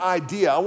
idea